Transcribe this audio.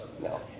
No